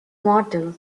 mortal